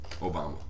Obama